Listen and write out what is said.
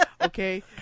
Okay